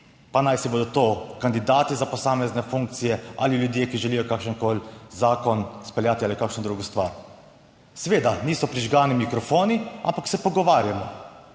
pa najsibodo to kandidati za posamezne funkcije ali ljudje, ki želijo kakršenkoli zakon speljati ali kakšno drugo stvar. Seveda niso prižgani mikrofoni, ampak se pogovarjamo,